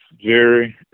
Jerry